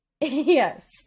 Yes